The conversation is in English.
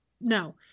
No